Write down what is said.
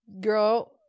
Girl